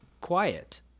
quiet